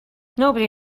nobody